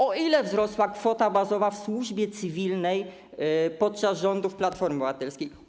O ile wzrosła kwota bazowa w służbie cywilnej podczas rządów Platformy Obywatelskiej?